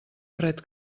fred